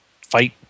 fight